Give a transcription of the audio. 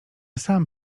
sam